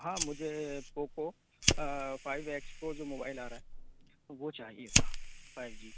हाँ मुझे Poco five X Pro जो मोबाइल आ रहा है वो चाहिए था फ़ाइव जी